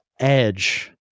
edge